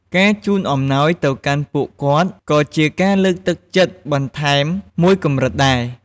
ការជូនអំណោយទៅកាន់ពួកគាត់ ក៏ជាការលើកទឹកចិត្តបន្ថែមមួយកម្រិតដែរ។